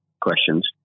questions